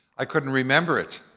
i couldn't remember it.